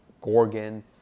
Gorgon